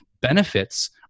benefits